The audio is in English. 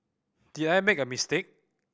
did I make a mistake